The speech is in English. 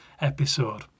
episode